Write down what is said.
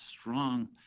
strong